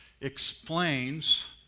explains